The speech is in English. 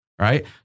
Right